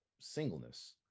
singleness